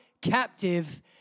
captive